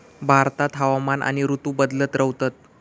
भारतात हवामान आणि ऋतू बदलत रव्हतत